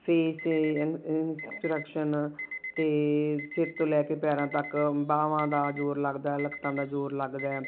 face in instruction ਅਤੇ ਸਿਰ ਤੋਂ ਲੈ ਕੇ ਪੈਰਾਂ ਤੱਕ ਬਾਹਾਂ ਦਾ ਜ਼ੋਰ ਲੱਗਦਾ ਲੱਤਾਂ ਦਾ ਜ਼ੋਰ ਲੱਗਦਾ ਹੈ